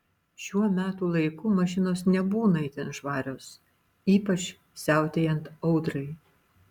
šiuo metų laiku mašinos nebūna itin švarios ypač siautėjant audrai